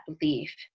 belief